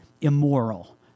immoral